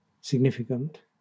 significant